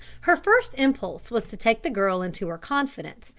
her first impulse was to take the girl into her confidence,